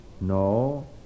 No